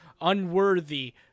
unworthy